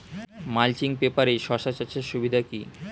Mulching পেপারে শসা চাষের সুবিধা কি?